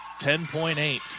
10.8